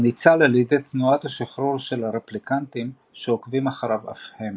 הוא ניצל על ידי תנועת השחרור של הרפליקנטים שעוקבים אחריו אף הם.